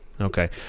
Okay